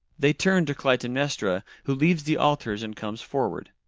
they turn to clytemnestra, who leaves the altars and comes forward.